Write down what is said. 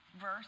verse